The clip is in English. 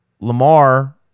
Lamar